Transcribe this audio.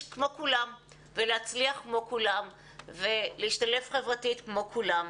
כמו כולם ולהצליח כמו כולם ולהשתלב חברתית כמו כולם.